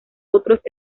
otros